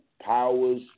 powers